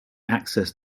access